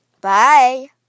Bye